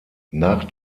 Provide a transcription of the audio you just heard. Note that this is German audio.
nach